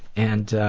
and